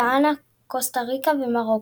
גאנה קוסטה ריקה ומרוקו.